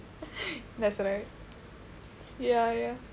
that's right ya ya